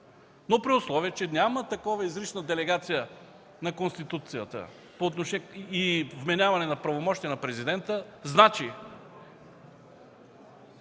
При условие че няма такава изрична делегация на Конституцията и вменяване на правомощие на президента, значи